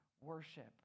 worship